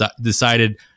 decided